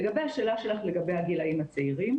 לגבי השאלה שלך לגבי הגילאים הצעירים,